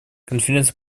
конвенция